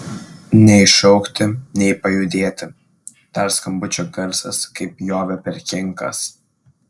nei šaukti nei pajudėti dar skambučio garsas kaip pjovė per kinkas